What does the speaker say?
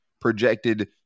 projected